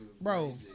Bro